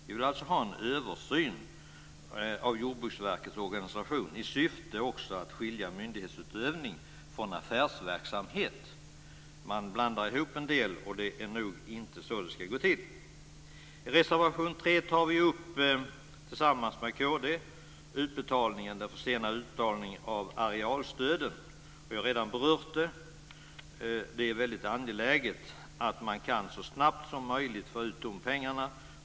Vi vill alltså ha en översyn av Jordbruksverkets organisation, också i syfte att skilja myndighetsutövning från affärsverksamhet. Man blandar ihop en del men det är nog inte så det ska gå till. I reservation nr 3 tar vi och kristdemokraterna upp frågan om den försenade utbetalningen av arealstöd, något som jag redan berört. Det är väldigt angeläget att så snabbt som möjligt få ut de pengarna.